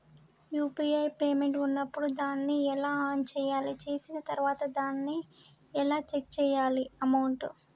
UPI payment ఉన్నప్పుడు దాన్ని ఎలా ఆన్ చేయాలి? చేసిన తర్వాత దాన్ని ఎలా చెక్ చేయాలి అమౌంట్?